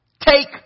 take